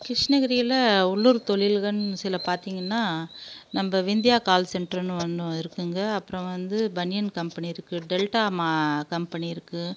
கிருஷ்ணகிரியில் உள்ளூர் தொழில்கனு சில பார்த்திங்கன்னா நம்ம விந்தியா கால் சென்ட்ருனு ஒன்று இருக்குதுங்க அப்புறம் வந்து பனியன் கம்பெனி இருக்குது டெல்டா ம கம்பெனி இருக்குது